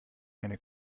eine